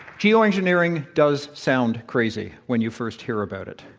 geoengineering does sound crazy when you first hear about it.